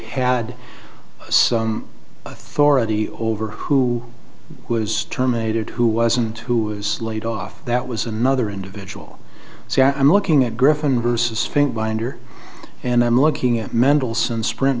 had some authority over who was terminated who wasn't who was laid off that was another individual so i'm looking at griffin versus finkbeiner and i'm looking at mendelssohn sprin